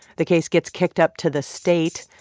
the case gets kicked up to the state,